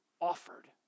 offered